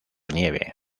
nieve